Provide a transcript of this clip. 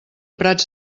prats